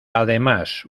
además